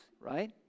right